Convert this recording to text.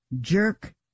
Jerk